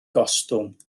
gostwng